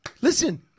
Listen